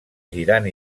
girant